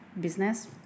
business